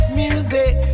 music